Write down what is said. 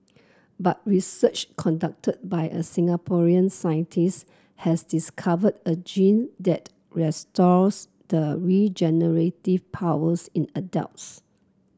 but research conducted by a Singaporean scientist has discovered a gene that restores the regenerative powers in adults